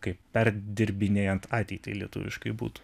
kaip perdirbinėjant ateitį lietuviškai būtų